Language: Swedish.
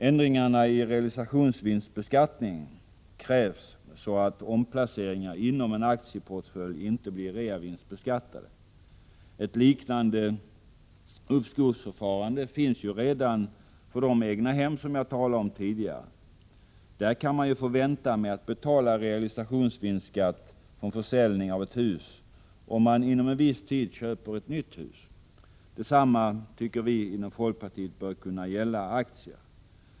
Ändringar i realisationsvinstbeskattningen krävs, så att omplaceringar inom en aktieportfölj inte blir reavinstbeskattade. Ett liknande uppskovsförfarande finns redan för egnahem. Man kan ju få vänta med att betala realisationsvinstskatt vid försäljning av ett hus, om man inom viss tid köper ett nytt hus. Detsamma, tycker vi i folkpartiet, bör kunna gälla aktier.